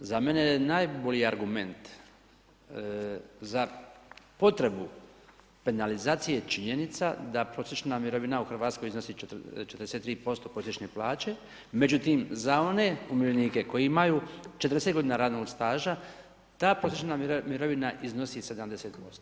Za mene je najbolji argument za potrebu penalizacije činjenica da prosječna mirovina u Hrvatskoj iznosi 43% prosječne plaće, međutim, za one umirovljenike koji imaju 40 g. radnog staža ta prosječna mirovina iznosi 70%